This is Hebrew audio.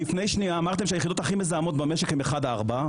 לפני שניה אמרתם שהיחידות הכי מזהמות במשק הן 1-4,